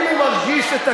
מספיק, מספיק.